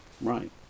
Right